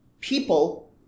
people